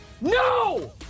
no